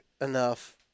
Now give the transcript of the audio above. enough